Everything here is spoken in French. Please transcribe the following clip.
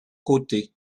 côté